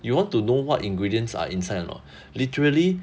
you want to know what ingredients are inside or not literally